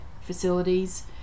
facilities